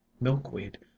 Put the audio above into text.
milkweed